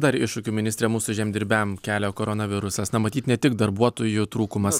dar iššūkių ministre mūsų žemdirbiam kelia koronavirusas na matyt ne tik darbuotojų trūkumas